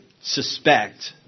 suspect